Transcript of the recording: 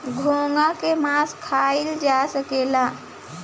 घोंघा के मास खाइल जा सकेला